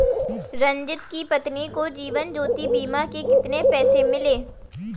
रंजित की पत्नी को जीवन ज्योति बीमा के कितने पैसे मिले?